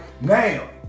Now